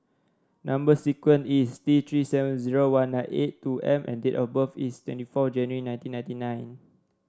number sequence is T Three seven zero one nine eight two M and date of birth is twenty four January nineteen ninety nine